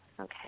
Okay